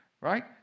right